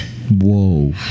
Whoa